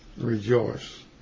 rejoice